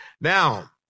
Now